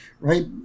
right